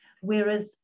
whereas